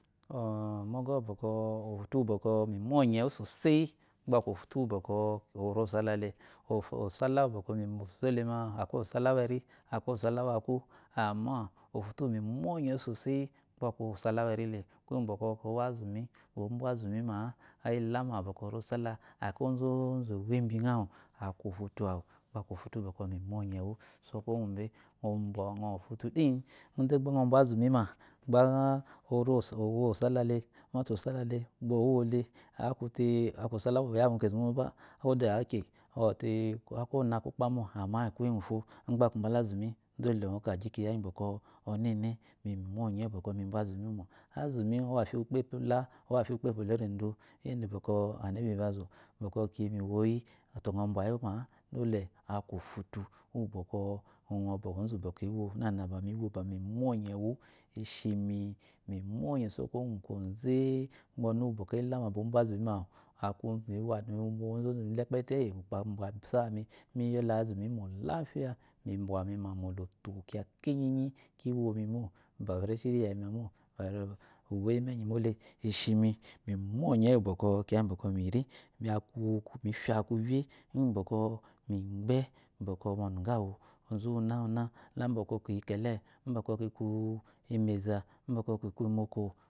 Ɔ́ məgɔwu bɔkɔ ɔ́ ohutu wubɔkɔ mi myɔnyɛwu soseyui gba aku ofutu uwu bɔkɔ ori osala le osala uwubɔkɔ mi sole ma akwai osala weri akwai osalawaku ama ofutu uwu mimyewu soseyi gba aku osalaweri le, kuye ngu bɔkɔ owo azumi oby azumi ma-a eyila azumi oby osala akayi obzozu wo ebi awu aku ofutu awu gba aku ofutu uwu gba mumyɔnyɛ wusɔkuwo ngu be obyama mofutu di, ide yba əɔ bya azumi ma gba ori owo osalale mata osala te gbo owo le akute aku asala uwu oya mukezu moba kwo da akye te ona kwokpa mo kuya ngufo ugba aku mba azumi yede əɔ kagyi kiya gyi bɔkɔ ɔnɛna mi mi niyɔnyɛ uwu bɔkɔ nu bya azumi iwomo azumi əɔwo afyi uwo kpela kwo afyi uwokpo leredo yedebokɔ anebi bazɔ bokɔ kimi wiyi wato fa byayima á-á dole aku ofutu uwu bɔkɔ ufo’ bɔ ozu bɔ ewo nana ba mi wo mi myenyewu ishimi minyɔ nye sɔkuwu ngu ugu kwoze uwu bɔkɔ eyilama uwu bɔkɔ obya azumi ma awu ozozu mile ekpɛji te ukpo ibyamima asami miyo lazumi mo lafiya mibyanima molotɔ kiya kinyi kiwomi mo. bareshi riyamimamo gba ubu eyi mi enyi mole ishimi mi myɔnye uwu bɔkɔ ri aku mifa kufye ugu bɔkɔ mi gbɛ bkɔ mɔnugawu ozu uwunana labɔkɔ kiyi kɛlɛ ubkɔ kiku imɛza mbɔkɔ kiku imoko,